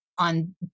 on